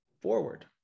forward